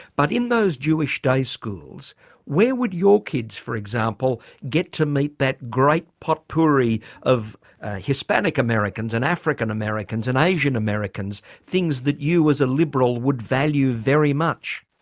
but in those jewish day schools where would your kids for example get to meet that great potpourri of hispanic americans and african americans and asian americans things that you as a liberal would value very much?